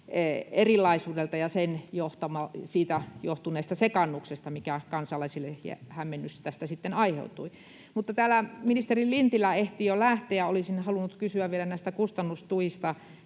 erilaisuudelta ja siitä johtuneesta sekaannuksesta, mikä hämmennys kansalaisille tästä sitten aiheutui. Ministeri Lintilä ehti jo lähteä, mutta olisin halunnut kysyä vielä näistä kustannustuista